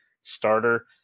starter